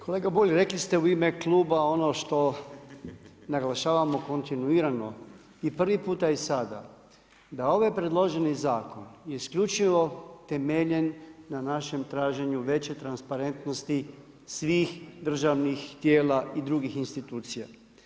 Kolega Bulj, rekli ste u ime kluba ono što naglašavamo kontinuirano i prvi puta i sada, da ovaj predloženo zakon isključivo temeljen na našem traženju veće transparentnosti svih državnih tijela i drugih institucija.